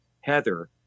Heather